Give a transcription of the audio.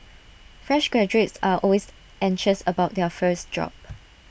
fresh graduates are always anxious about their first job